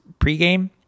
pregame